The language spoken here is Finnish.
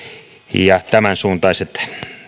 ja tämänsuuntaiset